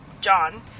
john